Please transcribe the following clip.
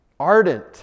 Ardent